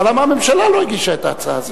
אבל למה הממשלה לא הגישה את ההצעה הזאת?